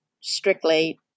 strictly